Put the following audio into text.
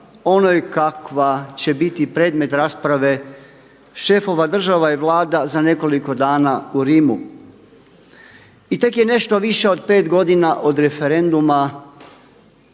onoj kakva će biti predmet rasprave šefova država i vlada za nekoliko dana u Rimu. I tek je nešto više od 5 godina od referenduma